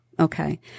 Okay